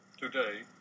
today